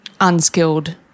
unskilled –